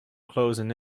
closing